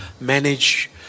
manage